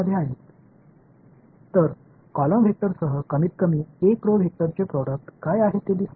எனவே ஒரு நெடுவரிசை வெக்டர் குறைந்தபட்சம் ஒரு வரிசை வெக்டர் உற்பத்தியின் தயாரிப்பு என்னவென்று தெரிகிறது